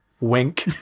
Wink